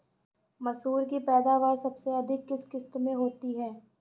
मसूर की पैदावार सबसे अधिक किस किश्त में होती है?